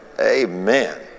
Amen